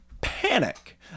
panic